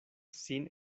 sin